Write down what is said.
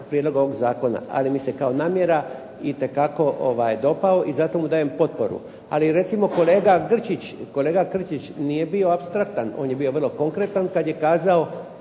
prijedloga ovog zakona ali mi se kao namjera itekako dopao i zato mu dajem potporu. Ali recimo kolega Grčić nije bio apstraktan, on je bio vrlo konkretan kad je kazao